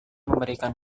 memberikan